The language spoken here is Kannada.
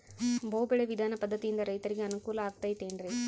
ಬಹು ಬೆಳೆ ವಿಧಾನ ಪದ್ಧತಿಯಿಂದ ರೈತರಿಗೆ ಅನುಕೂಲ ಆಗತೈತೇನ್ರಿ?